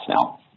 now